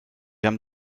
haben